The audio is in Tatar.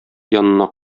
янына